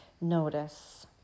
notice